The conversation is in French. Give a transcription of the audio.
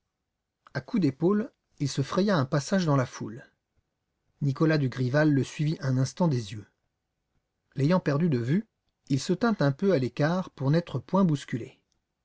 à coups d'épaule il se fraya un passage dans la foule nicolas dugrival le suivit un instant des yeux l'ayant perdu de vue il se tint un peu à l'écart pour n'être point bousculé